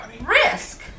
risk